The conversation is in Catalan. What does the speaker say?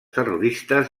terroristes